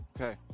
Okay